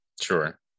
Sure